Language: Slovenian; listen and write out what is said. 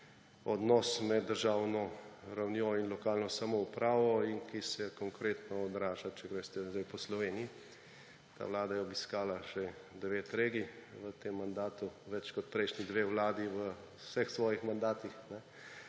odnos med državno ravnjo in lokalno samoupravo in ki se konkretno odraža, če greste zdaj po Sloveniji. Ta vlada je obiskala še devet regij v tem mandatu, več kot prejšnji dve vladi v vseh svojih mandatih.